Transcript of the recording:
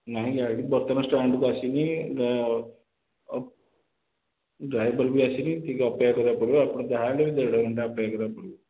ନାହିଁ ଗାଡ଼ି ବର୍ତ୍ତମାନ୍ ଷ୍ଟାଣ୍ଡକୁ ଆସିନି ଡ୍ରାଇଭର ବି ଆସିନି ଟିକେ ଅପେକ୍ଷା କରିବାକୁ ପଡ଼ିବ ଆପଣ ଯାହା ହେଲେ ବି ଦେଢ଼ ଘଣ୍ଟା ଅପେକ୍ଷା କରିବାକୁ ପଡ଼ିବ